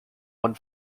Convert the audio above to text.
one